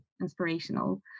inspirational